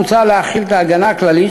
מוצע להחיל את ההגנה הכללית,